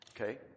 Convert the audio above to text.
Okay